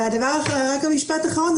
ורק המשפט האחרון,